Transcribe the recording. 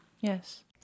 Yes